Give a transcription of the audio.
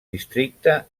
districte